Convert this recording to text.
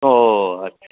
ओऽ अच्छा